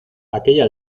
aquella